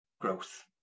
growth